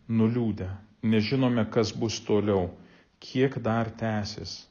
nuliūdę nežinome kas bus toliau kiek dar tęsis